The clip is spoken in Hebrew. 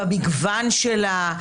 במגוון שלה,